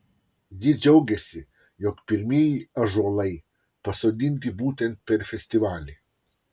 ji džiaugėsi jog pirmieji ąžuolai pasodinti būtent per festivalį